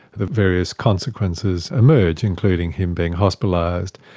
the various consequences emerge, including him being hospitalised.